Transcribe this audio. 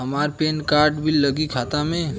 हमार PAN card भी लगी खाता में?